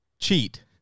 Cheat